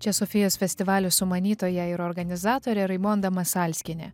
čia sofijos festivalio sumanytoja ir organizatorė raimonda masalskienė